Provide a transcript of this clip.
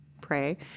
pray